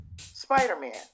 Spider-Man